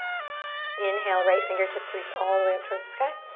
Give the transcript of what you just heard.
inhale, right fingertips reach all the way up towards the sky.